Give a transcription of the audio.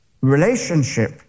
relationship